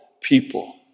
people